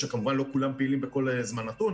שכמובן לא כולם פעילים בכל זמן נתון,